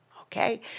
okay